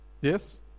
Yes